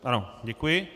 Ano, děkuji.